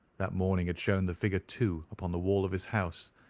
that morning had shown the figure two upon the wall of his house,